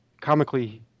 comically